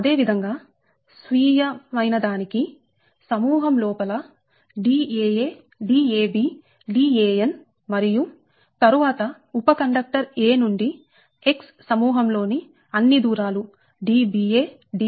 అదే విధంగా స్వీయ అయినదానికీ సమూహం లోపల Daa Dab Dan మరియు తరువాత ఉప కండక్టర్ 'a' నుండి X సమూహం లోని అన్ని దూరాలు Dba Dbb